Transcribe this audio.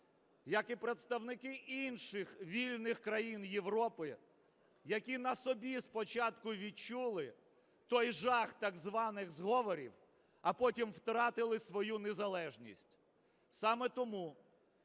як і представники інших вільних країн Європи, які на собі спочатку відчули той жах так званих зговорів, а потім втратили свою незалежність. Саме тому